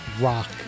rock